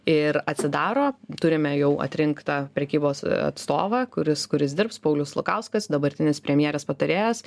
ir atsidaro turime jau atrinktą prekybos atstovą kuris kuris dirbs paulius lukauskas dabartinis premjerės patarėjas